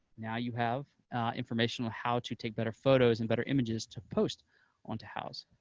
now you have information on how to take better photos and better images to post onto houzz.